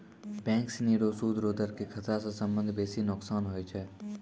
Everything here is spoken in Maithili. बैंक सिनी रो सूद रो दर के खतरा स सबसं बेसी नोकसान होय छै